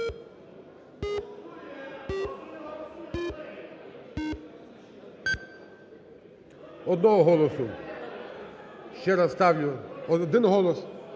Одного голосу. Ще раз ставлю. Один голос.